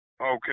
Okay